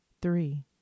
three